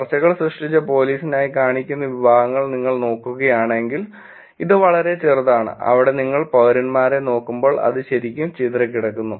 ചർച്ചകൾ സൃഷ്ടിച്ച പോലീസിനായി കാണിക്കുന്ന വിഭാഗങ്ങൾ നിങ്ങൾ നോക്കുകയാണെങ്കിൽ ഇത് വളരെ ചെറുതാണ് അവിടെ നിങ്ങൾ പൌരന്മാരെ നോക്കുമ്പോൾ അത് ശരിക്കും ചിതറിക്കിടക്കുന്നു